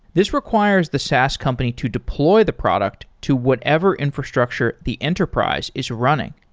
this requires the saas company to deploy the product to whatever infrastructure the enterprise is running.